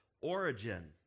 origin